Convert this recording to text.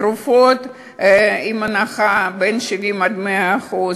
תרופות בהנחה של 70% 100%,